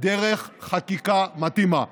דרך חקיקה מתאימה.